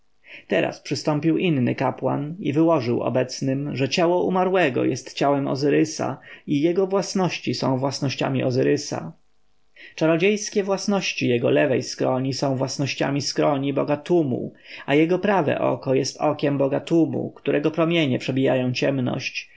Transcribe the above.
teraz przystąpił inny kapłan i wyłożył obecnym że ciało zmarłego jest ciałem ozyrysa i jego własności są własnościami ozyrysa czarodziejskie własności jego lewej skroni są własnościami skroni boga tumu a jego prawe oko jest okiem boga tumu którego promienie przebijają ciemność